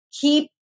keep